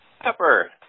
Pepper